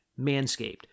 Manscaped